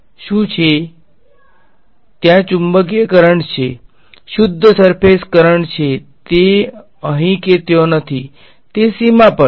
કારણ કે ત્યાં ચુંબકીય કરંટ છે શુદ્ધ સરફેસ કરંટ છે તે અહીં કે ત્યાં નથી તે સીમા પર છે